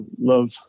love